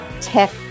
tech